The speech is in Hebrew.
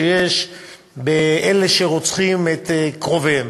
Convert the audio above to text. שיש באלה שרוצחים את קרוביהם,